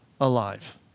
alive